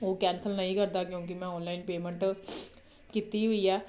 ਉਹ ਕੈਂਸਲ ਨਹੀਂ ਕਰਦਾ ਕਿਉਂਕਿ ਮੈਂ ਔਨਲਾਈਨ ਪੇਮੈਂਟ ਕੀਤੀ ਹੋਈ ਆ